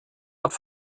hat